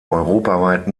europaweit